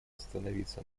остановиться